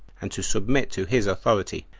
and to submit to his authority,